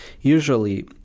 usually